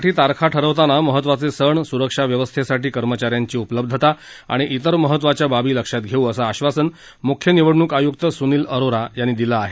राज्य विधानसभेच्या निवडणुकीसाठी तारखा ठरवताना महत्त्वाचे सण सुरक्षा व्यवस्थेसाठी कर्मचा यांची उपलब्धता आणि तेर महत्त्वाच्या बाबी लक्षात घेऊ असं आश्वासन मुख्य निवडणूक आयुक्त सुनील अरोरा यांनी दिलं आहे